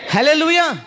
Hallelujah